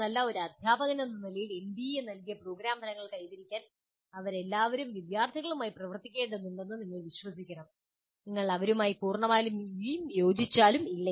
ഒരു അധ്യാപകനെന്ന നിലയിൽ എൻബിഎ നൽകിയ പ്രോഗ്രാം ഫലങ്ങൾ കൈവരിക്കാൻ അവരെല്ലാവരും വിദ്യാർത്ഥികളുമായി പ്രവർത്തിക്കേണ്ടതുണ്ടെന്ന് നിങ്ങൾ വിശ്വസിക്കണം നിങ്ങൾ അവരുമായി പൂർണമായും യോജിച്ചാലും ഇല്ലെങ്കിലും